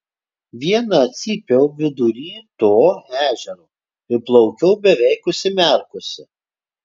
viena cypiau vidury to ežero ir plaukiau beveik užsimerkusi